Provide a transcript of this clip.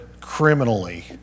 criminally